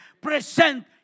Present